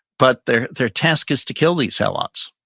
but their their task is to kill these helots,